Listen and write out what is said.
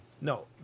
No